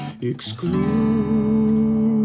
exclude